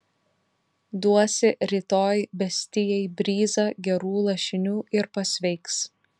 duosi rytoj bestijai bryzą gerų lašinių ir pasveiks